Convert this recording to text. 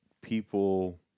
people